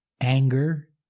anger